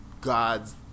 God's